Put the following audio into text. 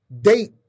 date